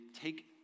take